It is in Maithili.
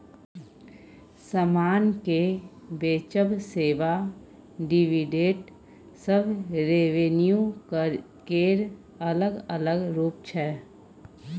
समान केँ बेचब, सेबा, डिविडेंड सब रेवेन्यू केर अलग अलग रुप छै